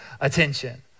attention